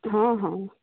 ହଁ ହଁ